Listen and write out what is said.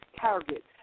target